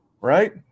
right